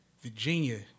Virginia